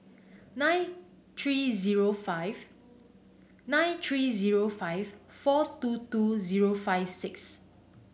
nine three zero five nine three zero five four two two zero five six